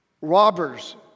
Robbers